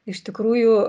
iš tikrųjų